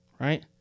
right